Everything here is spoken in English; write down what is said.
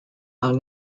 are